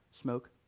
Smoke